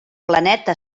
planeta